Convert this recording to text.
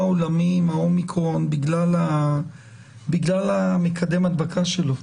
עולמי עם ה-אומיקרון בגלל מקדם ההדבקה שלו.